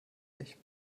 nicht